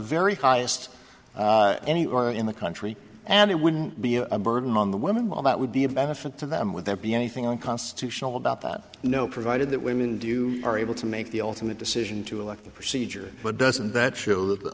very highest anywhere in the country and it wouldn't be a burden on the women well that would be a benefit to them with their be anything unconstitutional about that no provided that women do you are able to make the ultimate decision to elective procedure but doesn't that show th